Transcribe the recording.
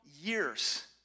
years